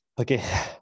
okay